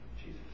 Jesus